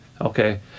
Okay